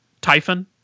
Typhon